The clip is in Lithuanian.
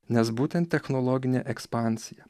nes būtent technologinė ekspansija